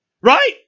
Right